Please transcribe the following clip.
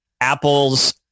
Apple's